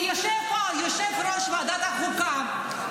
ויושב פה יושב-ראש ועדת החוקה,